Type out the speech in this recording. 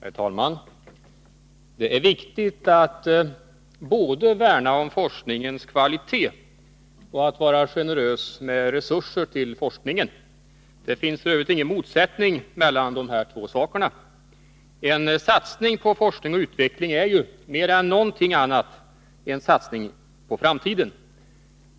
Herr talman! Det är viktigt att både värna om forskningens kvalitet och vara generös med resurser till forskningen. Det finns f. ö. ingen motsättning mellan de två sakerna. En satsning på forskning och utveckling är mer än någonting annat en satsning på framtiden.